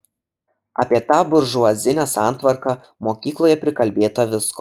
apie tą buržuazinę santvarką mokykloje prikalbėta visko